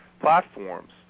platforms